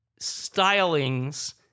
stylings